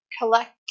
collect